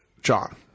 John